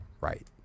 right